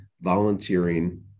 volunteering